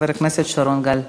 חבר הכנסת שרון גל.